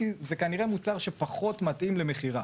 כי זה כנראה מוצר שפחות מתאים למכירה.